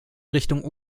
richtung